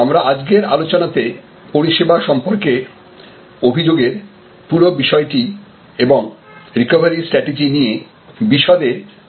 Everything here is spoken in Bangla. আমরা আজকের আলোচনাতে পরিষেবা সম্পর্কে অভিযোগের পুরো বিষয়টি এবং রিকোভারি স্ট্র্যাটেজি নিয়ে বিশদে আলোচনা করব